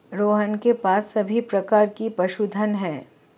रोहन के पास सभी प्रकार के पशुधन है